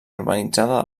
urbanitzada